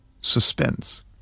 Suspense